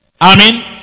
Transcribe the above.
Amen